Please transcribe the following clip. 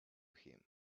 him